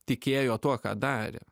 tikėjo tuo ką darė